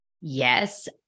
Yes